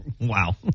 Wow